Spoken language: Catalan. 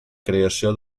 creació